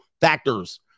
factors